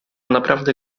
naprawdę